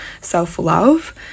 self-love